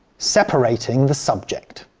separating the subject.